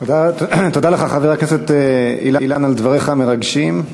תודה לך, חבר הכנסת אילן, על דבריך המרגשים.